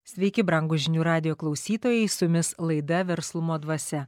sveiki brangūs žinių radijo klausytojai su jumis laida verslumo dvasia